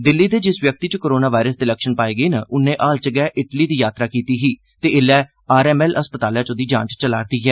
दिल्ली दे जिस व्यक्ति च कोरोना वायरस दे लक्षण पाए गे न उन्नै हाल च गै इटली दी जात्तरा कीती ही ते ऐल्लै आर एम एल अस्पतालै च ओहदी जांच चला' रदी ऐ